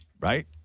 Right